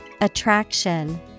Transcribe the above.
Attraction